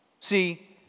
See